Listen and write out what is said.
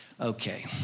Okay